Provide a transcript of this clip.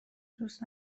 دوست